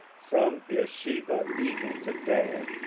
from beersheba even to dan,